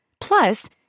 Plus